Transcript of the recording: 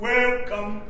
Welcome